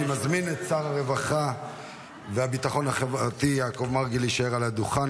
אני מזמין את שר הרווחה והביטחון החברתי יעקב מרגי להישאר על הדוכן.